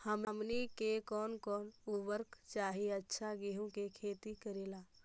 हमनी के कौन कौन उर्वरक चाही अच्छा गेंहू के खेती करेला?